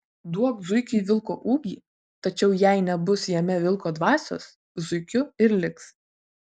duok zuikiui vilko ūgį tačiau jai nebus jame vilko dvasios zuikiu ir liks